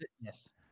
Yes